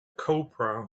cobra